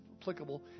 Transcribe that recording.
applicable